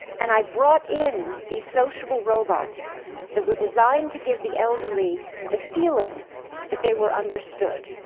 and i brought in these sociable robots that were designed to give the elderly the feeling that they were understood.